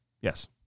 Yes